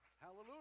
Hallelujah